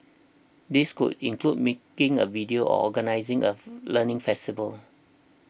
these could include making a video or organising a learning festival